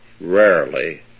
rarely